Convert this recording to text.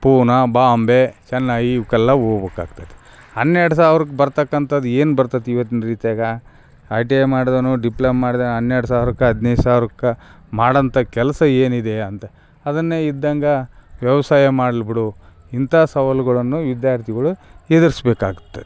ಪೂನ ಬಾಂಬೆ ಚೆನ್ನೈ ಇವ್ಕೆಲ್ಲ ಹೋಬೇಕಾಗ್ತತಿ ಹನ್ನೆರಡು ಸಾವಿರಕ್ಕೆ ಬರ್ತಕಂಥದ್ ಏನು ಬರ್ತೈತಿ ಇವತ್ತಿನ ರೀತಿಯಾಗ ಐ ಟಿ ಐ ಮಾಡಿದೋನು ಡಿಪ್ಲಮ್ ಮಾಡ್ದಾ ಹನ್ನೆರಡು ಸಾವಿರಕ್ಕ ಹದಿನೈದು ಸಾವಿರಕ್ಕ ಮಾಡೋಂತ ಕೆಲಸ ಏನಿದೆ ಅಂದೆ ಅದನ್ನೆ ಇದ್ದಂಗೆ ವ್ಯವಸಾಯ ಮಾಡಲಿ ಬಿಡು ಇಂಥ ಸವಾಲುಗಳನ್ನು ವಿದ್ಯಾರ್ಥಿಗಳು ಎದ್ರುಸ್ಬೇಕಾಗ್ತತಿ